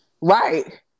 right